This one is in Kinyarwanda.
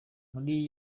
muri